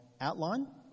outline